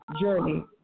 journey